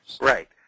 Right